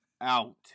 out